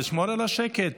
לשמור על השקט.